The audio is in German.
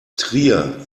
trier